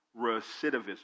recidivism